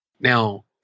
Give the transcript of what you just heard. Now